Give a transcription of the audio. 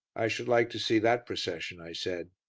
i should like to see that procession, i said.